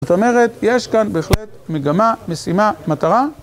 זאת אומרת, יש כאן בהחלט מגמה, משימה, מטרה.